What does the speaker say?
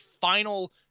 final